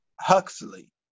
Huxley